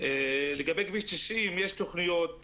לגבי כביש 90 יש תכנונים,